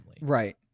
Right